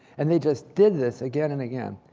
and they just did this again and again.